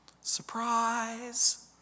surprise